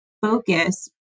focus